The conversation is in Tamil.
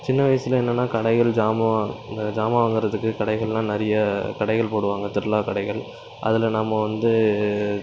சின்ன வயசில் என்னென்ன கடைகள் சாமான் அந்த சாமான் வாங்குறதுக்கு கடைகள் எல்லாம் நிறைய கடைகள் போடுவாங்க திருவிழா கடைகள் அதில் நம்ம வந்து